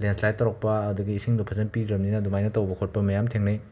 landslide ꯇꯧꯔꯛꯄ ꯑꯗꯒꯤ ꯏꯁꯤꯡꯗꯣ ꯐꯖꯅ ꯄꯤꯗ꯭ꯔꯕꯅꯤꯅ ꯑꯗꯨꯃꯥꯏꯅ ꯇꯧꯕ ꯈꯣꯠꯄ ꯃꯌꯥꯝ ꯊꯦꯡꯅꯩ